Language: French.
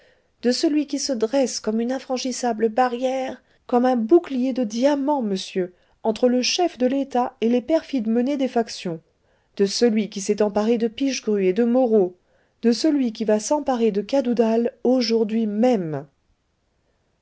de celui qui se dresse comme une infranchissable barrière comme un bouclier de diamant monsieur entre le chef de l'etat et les perfides menées des factions de celui qui s'est emparé de pichegru et de moreau de celui qui va s'emparer de cadoudal aujourd'hui même